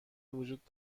وجود